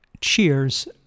cheers